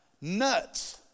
Nuts